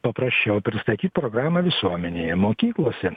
paprasčiau pristatyt programą visuomenėje mokyklose